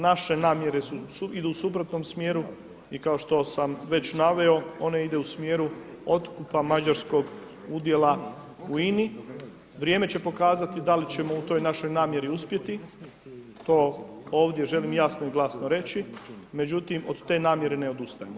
Naše namjere idu u suprotnom smjeru i kao što sam već naveo, one idu u smjeru otkupa mađarskog udjela u INA-i, vrijeme će pokazati da li ćemo u toj našoj namjeri uspjeti, to ovdje želim jasno i glasno reći, međutim, od te namjere ne odustajemo.